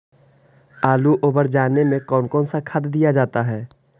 आलू ओवर जाने में कौन कौन सा खाद दिया जाता है?